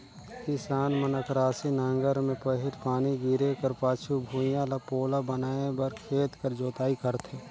किसान मन अकरासी नांगर मे पहिल पानी गिरे कर पाछू भुईया ल पोला बनाए बर खेत कर जोताई करथे